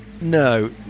No